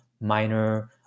minor